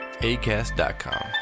ACAST.com